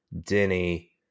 Denny